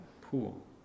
pool